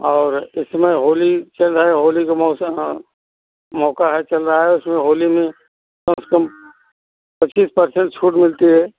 और इसमें होली चल रही है होली के मौसम मौक़ा है चल रहा है उसमें होली में कम से कम पच्चीस पर्सेंट छूट मिलती है